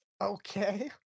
Okay